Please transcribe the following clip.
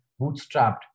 bootstrapped